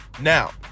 now